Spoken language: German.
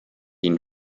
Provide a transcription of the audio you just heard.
ihnen